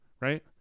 Right